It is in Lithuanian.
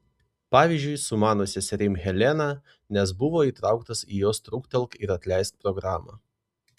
pavyzdžiui su mano seserim helena nes buvo įtrauktas į jos truktelk ir atleisk programą